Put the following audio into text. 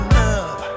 love